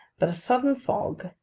but a sudden fog,